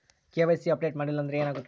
KYC update ಮಾಡಿಲ್ಲ ಅಂದ್ರೆ ಏನಾಗುತ್ತೆ?